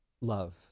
love